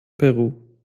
peru